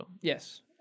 Yes